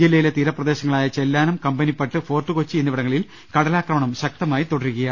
ജില്ലയിലെ തീരപ്രദേശങ്ങളായ ചെല്ലാനം കമ്പനിപ്പട്ട് ഫോർട്ടുകൊച്ചി എന്നിവിടങ്ങളിൽ കടലാ ക്രമണം ശക്തിയായി തുടരുകയാണ്